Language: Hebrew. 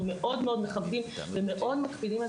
אנחנו מאוד מאוד מכבדים ומאוד מקפידים על